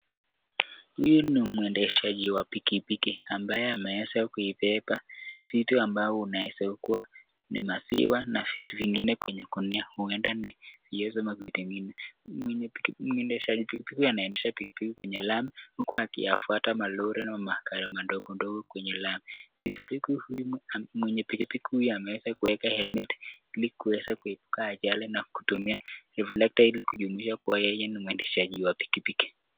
Huyu ni mwendeshaji wa pikipiki ambaye ameanza kuibeba vitu ambao unaweza kuwa ni maziwa na vitu vingine kwenye gunia huenda ni vie za maziwa vingine. Mwenye mwendeshaji pikipiki anaendesha pikipiki kwenye lami huku akiyafuata malori na magari madogo ndogo kwenye lami. Pikipiki huyu mwenye pikipiki huyu ameweza kuweka helmet ili kuweza kuepuka ajali na kutumia reflector ili kujionyesha kuwa yeye ni mwendeshaji wa pikipiki.